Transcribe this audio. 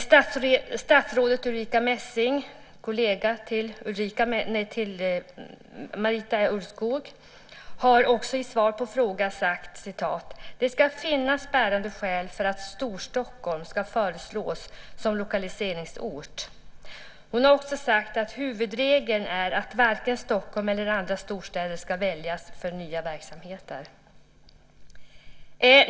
Statsrådet Ulrica Messing, kollega till Marita Ulvskog, har också i svar på fråga sagt: "Det ska finnas bärande skäl för att Storstockholm ska föreslås som lokaliseringsort." Hon har också sagt att huvudregeln är att varken Stockholm eller andra storstäder ska väljas för nya verksamheter.